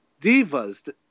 divas